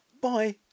Bye